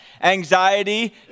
anxiety